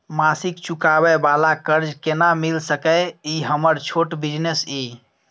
मासिक चुकाबै वाला कर्ज केना मिल सकै इ हमर छोट बिजनेस इ?